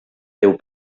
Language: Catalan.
deu